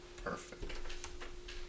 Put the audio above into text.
Perfect